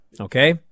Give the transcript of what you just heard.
Okay